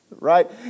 right